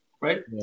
right